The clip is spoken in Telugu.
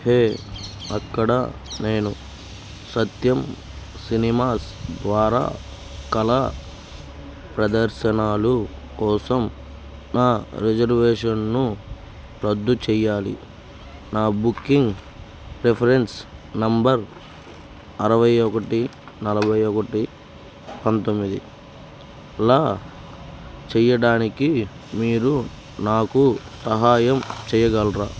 హే అక్కడ నేను సత్యం సినిమాస్ ద్వారా కళా ప్రదర్శనాలు కోసం నా రిజర్వేషన్ను రద్దు చెయ్యాలి నా బుకింగ్ రిఫరెన్స్ నంబర్ అరవై ఒకటి నలభై ఒకటి పంతొమ్మిది అలా చెయ్యడానికి మీరు నాకు సహాయం చెయ్యగలరా